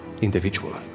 individual